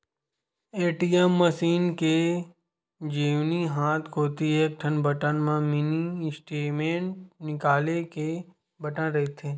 ATM machine के जेवनी हाथ कोती एकठन बटन म मिनी स्टेटमेंट निकाले के बटन रहिथे